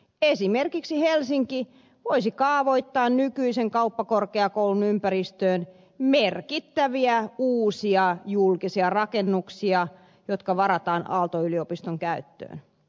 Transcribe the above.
esimerkiksi helsinki voisi kaavoittaa nykyisen kauppakorkeakoulun ympäristöön merkittäviä uusia julkisia rakennuksia jotka varataan aalto ylipiston käyttöön